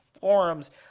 forums